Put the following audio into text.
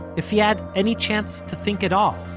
if he had any chance to think at all.